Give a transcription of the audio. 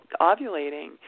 ovulating